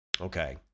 Okay